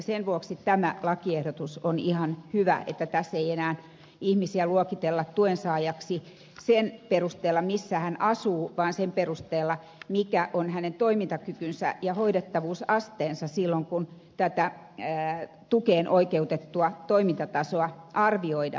sen vuoksi tämä lakiehdotus on ihan hyvä ettei tässä enää ihmistä luokitella tuen saajaksi sen perusteella missä hän asuu vaan sen perusteella mikä on hänen toimintakykynsä ja hoidettavuusasteensa silloin kun tätä tukeen oikeutettua toimintatasoa arvioidaan